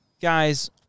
Guys